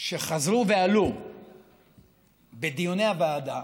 שחזרו ועלו בדיוני הוועדה